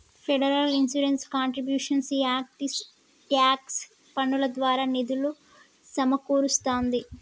federal insurance contributions act tax పన్నుల ద్వారా నిధులు సమకూరుస్తాంది